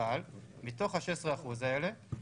אבל מתוך ה-16% האלו